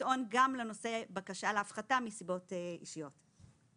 לטעןן לנושא בקשה להפחתה מסיבות אישיות.